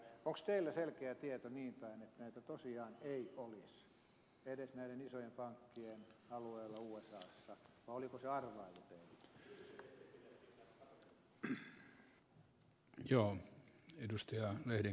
onko teillä selkeä tieto niinpäin että näitä tosiaan ei olisi edes näiden isojen pankkien alueella usassa vai oliko se arvailu teillä